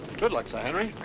good luck, sir henry.